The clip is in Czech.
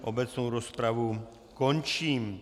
Obecnou rozpravu končím.